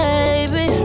Baby